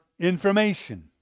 Information